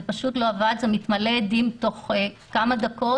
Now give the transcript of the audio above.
זה מתמלא אדים תוך כמה דקות,